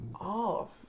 off